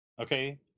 Okay